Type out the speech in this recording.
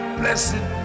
blessed